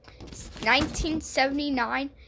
1979